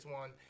one